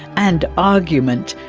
and argument,